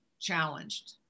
challenged